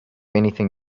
anything